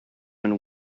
and